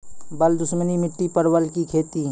बल दुश्मनी मिट्टी परवल की खेती?